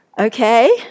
Okay